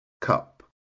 cup